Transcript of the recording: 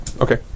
Okay